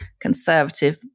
Conservative